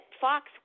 Fox